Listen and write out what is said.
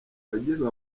wagizwe